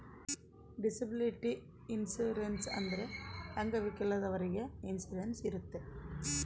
disability insurance ಅಂದ್ರೆ ಅಂಗವಿಕಲದವ್ರಿಗೆ insurance ಇರುತ್ತೆ